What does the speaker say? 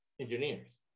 engineers